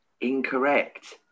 Incorrect